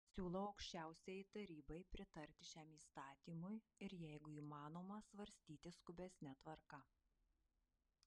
siūlau aukščiausiajai tarybai pritarti šiam įstatymui ir jeigu įmanoma svarstyti skubesne tvarka